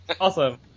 Awesome